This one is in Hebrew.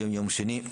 היום יום שני,